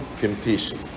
temptation